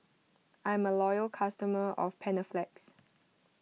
I'm a loyal customer of Panaflex